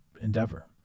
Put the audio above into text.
endeavor